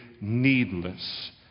needless